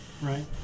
right